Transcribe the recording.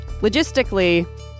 Logistically